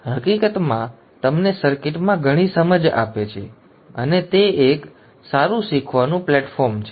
હકીકતમાં તમને સર્કિટમાં ઘણી સમજ આપે છે અને તે એક સારું શીખવાનું પ્લેટફોર્મ છે